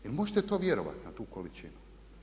Jel' možete to vjerovati na tu količinu?